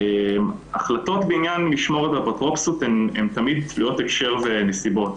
החלטות בעניין משמורת ואפוטרופסות הן תמיד תלויות הקשר ונסיבות,